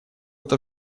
это